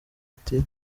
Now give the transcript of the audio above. ati